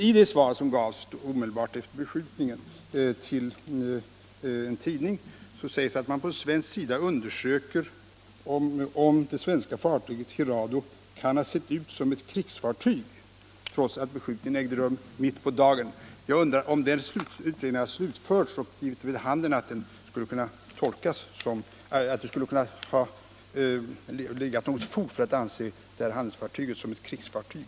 I det svar som omedelbart efter beskjutningen lämnades till en tidning sades att man från svensk sida undersöker om det svenska fartyget Hirado kan ha sett ut som ett krigsfartyg, trots att beskjutningen ägde rum mitt på dagen. Jag undrar om denna utredning har slutförts och givit vid handen att det skulle finnas något fog för att uppfatta detta handelsfartyg som ett krigsfartyg.